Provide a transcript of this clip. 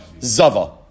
Zava